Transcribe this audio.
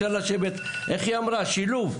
איך היא אמרה, שילוב?